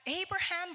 Abraham